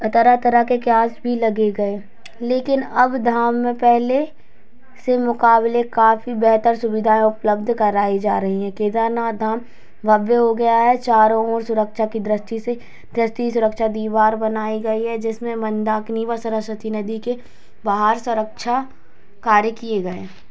तरह तरह के क़ियास भी लगे गए लेकिन अब धाम में पहले से मुक़ाबले काफ़ी बेहतर सुविधाएँ उपलब्ध कराई जा रही हैं केदारनाथ धाम भव्य हो गया है चारों ओर सुरक्षा की दृष्टि से त्रस्ती सुरक्षा दीवार बनाई गई है जिसमें मंदाकिनी व सरस्वती नदी के बाहर सुरक्षा कार्य किए गए हैं